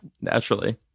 naturally